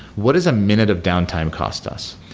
what is a minute of downtime cost us?